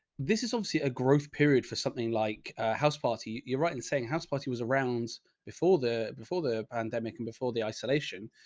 this is obviously a growth period for something like a house party. you're right in saying how spotty was around before the, before the pandemic and before the isolation.